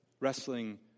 wrestling